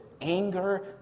anger